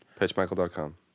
Pitchmichael.com